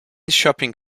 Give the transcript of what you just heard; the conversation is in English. shopping